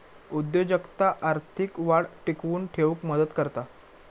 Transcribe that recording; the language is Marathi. उद्योजकता आर्थिक वाढ टिकवून ठेउक मदत करता